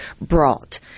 brought